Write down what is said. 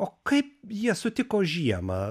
o kaip jie sutiko žiemą